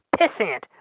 pissant